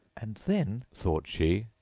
and then thought she,